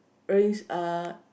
raise uh